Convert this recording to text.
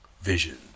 vision